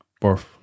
birth